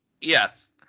yes